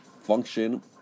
function